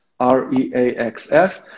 REAXF